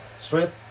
Strength